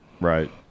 right